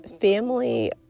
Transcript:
family